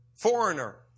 Foreigner